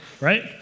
right